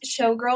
Showgirl